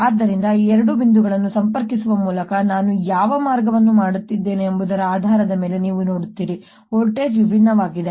ಆದ್ದರಿಂದ ಈ ಎರಡು ಬಿಂದುಗಳನ್ನು ಸಂಪರ್ಕಿಸುವ ಮೂಲಕ ನಾನು ಯಾವ ಮಾರ್ಗವನ್ನು ಮಾಡುತ್ತಿದ್ದೇನೆ ಎಂಬುದರ ಆಧಾರದ ಮೇಲೆ ನೀವು ನೋಡುತ್ತೀರಿ ವೋಲ್ಟೇಜ್ ವಿಭಿನ್ನವಾಗಿದೆ